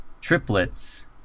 triplets